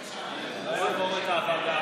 למה הוועדה לא מתכנסת?